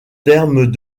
terme